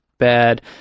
bad